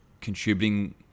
contributing